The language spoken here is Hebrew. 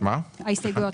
דיווח".